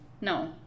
No